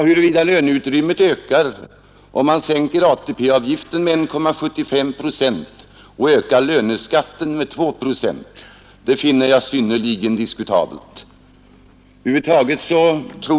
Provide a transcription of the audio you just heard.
Huruvida löneutrymmet ökar om man minskar ATP-avgiften med 1,75 procent och ökar löneskatten med 2 procent finner jag synnerligen diskutabelt.